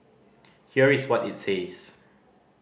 here is what it says